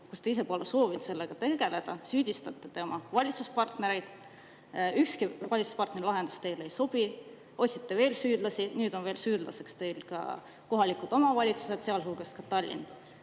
te pole soovinud sellega tegeleda, süüdistate te oma valitsuspartnereid. Ükski valitsuspartneri lahendus teile ei sobi ja te otsite süüdlasi. Nüüd on süüdlasteks ka kohalikud omavalitsused, sealhulgas Tallinn.